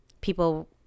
people